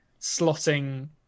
slotting